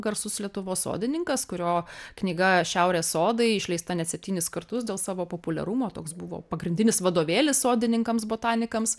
garsus lietuvos sodininkas kurio knyga šiaurės sodai išleista net septynis kartus dėl savo populiarumo toks buvo pagrindinis vadovėlis sodininkams botanikams